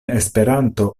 esperanto